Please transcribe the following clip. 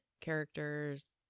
characters